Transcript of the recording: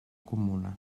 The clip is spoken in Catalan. comuna